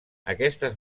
aquestes